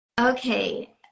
Okay